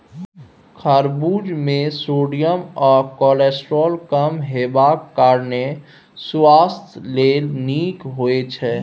खरबुज मे सोडियम आ कोलेस्ट्रॉल कम हेबाक कारणेँ सुआस्थ लेल नीक होइ छै